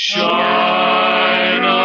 Shine